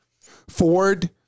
Ford